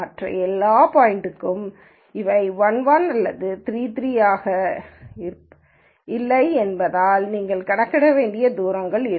மற்ற எல்லா பாய்ன்ட்களுக்கும் அவை 1 1 அல்லது 3 3 ஆக இல்லை என்பதால் நீங்கள் கணக்கிடக்கூடிய தூரங்கள் இருக்கும்